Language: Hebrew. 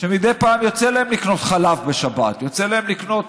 שמדי פעם יוצא להם לקנות חלב בשבת, יוצא להם לקנות